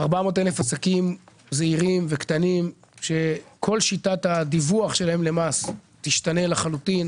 ל-400,000 עסקים זעירים וקטנים כל שיטת הדיווח של מס תשתנה לחלוטין,